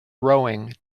rowing